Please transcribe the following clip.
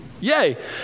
Yay